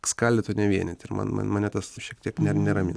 skaldyt o ne vienyt ir man man mane tas šiek tiek ne neramina